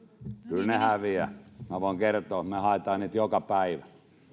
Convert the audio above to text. ne häviävät minä voin kertoa että me haemme niitä joka päivä ja siinä